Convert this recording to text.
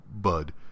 Bud